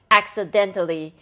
accidentally